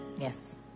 Yes